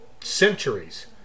centuries